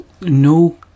No